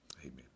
Amen